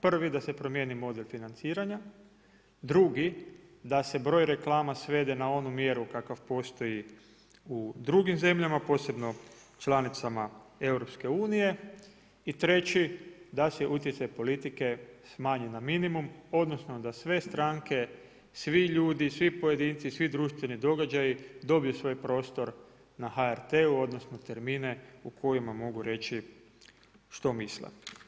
Prvi da se promijeni model financiranja, drugi da se broj reklama svede na onu mjeru kakav postoji u drugim zemljama posebno članicama Europske unije i treći da se utjecaj politike smanji na minimum, odnosno da sve stranke, svi ljudi, svi pojedinci, svi društveni događaji dobiju svoj prostor na HRT-u odnosno termine u kojima mogu reći što misle.